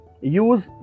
use